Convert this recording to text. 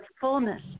fullness